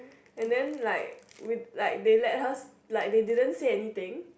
and then like we like they let hers like they didn't say anything